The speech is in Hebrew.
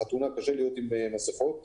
קשה להיות עם מסכה בחתונה.